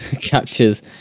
captures